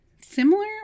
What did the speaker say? similar